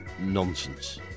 nonsense